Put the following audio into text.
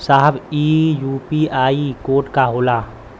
साहब इ UPI code का होला?